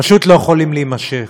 פשוט לא יכולים להימשך.